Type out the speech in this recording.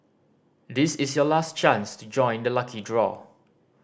this is your last chance to join the lucky draw